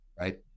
right